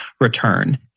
return